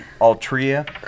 Altria